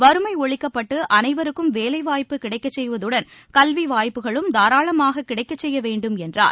வறுமை ஒழிக்கப்பட்டு அனைவருக்கும் வேலை வாய்ப்பு கிடைக்கச் செய்வதுடன் கல்வி வாய்ப்புகளும் தாராளமாக கிடைக்கச் செய்ய வேண்டும் என்றார்